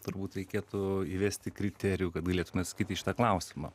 turbūt reikėtų įvesti kriterijų kad galėtume atsakyti šitą klausimą